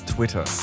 Twitter